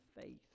faith